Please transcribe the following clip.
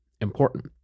important